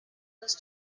los